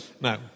No